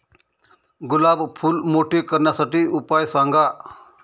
गुलाब फूल मोठे करण्यासाठी उपाय सांगा?